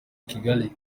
kigali